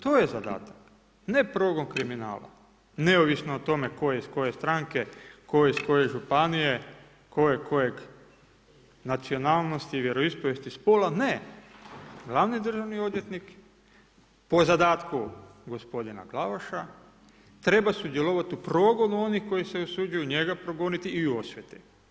To je zadatak, ne progon kriminala neovisno o tome tko je iz koje stranke, tko je iz koje županije, tko je koje nacionalnosti, vjeroispovijesti, spola, ne, glavni državni odvjetnik po zadatku gospodina Glavaša, treba sudjelovati u progonu onih kojih se usuđuju njega progoniti i u osveti.